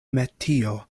metio